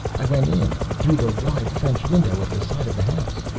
i went in through the wide french window at the side of the house.